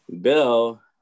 Bill